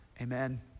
Amen